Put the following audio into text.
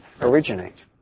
originate